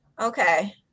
Okay